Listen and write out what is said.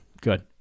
Good